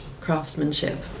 craftsmanship